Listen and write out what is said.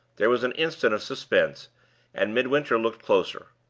there was an instant of suspense and midwinter looked closer.